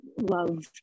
love